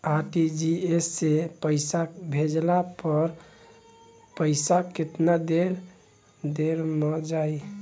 RTGS से पईसा भेजला पर पईसा केतना देर म जाई?